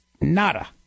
nada